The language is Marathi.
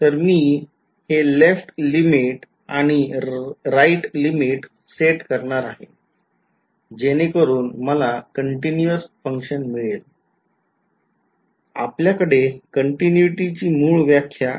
तर मी हे लेफ्ट लिमिट आणि राईट लिमिट सेट करणार आहे जेणेकरून मला continuous function मिळेल आपल्याकडे continuity ची मूळ व्याख्या आहे